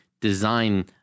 design